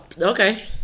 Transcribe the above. Okay